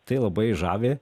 tai labai žavi